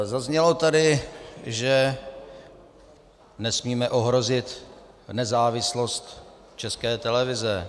Zaznělo tady, že nesmíme ohrozit nezávislost České televize.